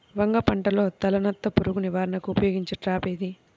వంగ పంటలో తలనత్త పురుగు నివారణకు ఉపయోగించే ట్రాప్ ఏది?